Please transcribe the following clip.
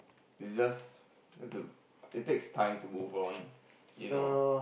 it's just do it takes time to move on you know